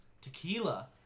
Tequila